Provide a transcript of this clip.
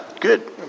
Good